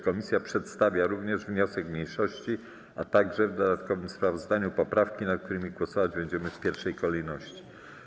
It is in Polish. Komisja przedstawia również wniosek mniejszości, a także w dodatkowym sprawozdaniu poprawki, nad którymi głosować będziemy w pierwszej kolejności.